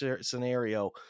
scenario